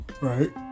Right